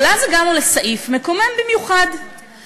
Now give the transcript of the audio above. אבל אז הגענו לסעיף מקומם במיוחד,